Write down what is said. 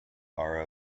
are